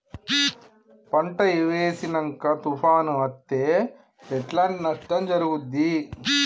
పంట వేసినంక తుఫాను అత్తే ఎట్లాంటి నష్టం జరుగుద్ది?